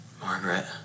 Margaret